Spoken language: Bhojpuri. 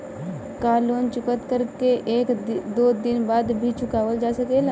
का लोन चुकता कर के एक दो दिन बाद भी चुकावल जा सकेला?